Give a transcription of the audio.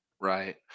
Right